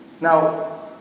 now